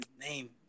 name